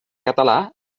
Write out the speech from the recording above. català